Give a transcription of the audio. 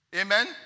Amen